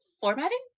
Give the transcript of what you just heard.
formatting